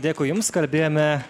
dėkui jums kalbėjome